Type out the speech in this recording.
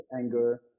anger